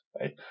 right